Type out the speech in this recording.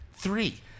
Three